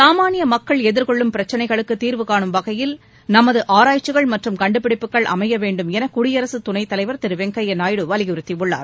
சாமான்ய மக்கள் எதிர்கொள்ளும் பிரச்னைகளுக்கு தீர்வுகாணும் வகையில் நமது ஆராய்ச்சிகள் மற்றும் கண்டுபிடிப்புகள் அமைய வேண்டும் என குடியரசு துணைத்தலைவர் திரு வெங்கையா நாயுடு வலியுறுத்தியுள்ளார்